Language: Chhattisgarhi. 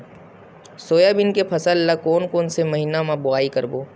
सोयाबीन के फसल ल कोन कौन से महीना म बोआई करबो?